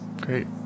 great